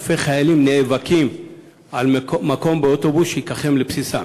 אלפי חיילים נאבקים על מקום באוטובוס שייקחם לבסיסיהם.